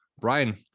Brian